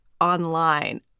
online